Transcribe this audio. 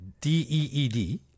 D-E-E-D